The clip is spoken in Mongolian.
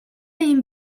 ийм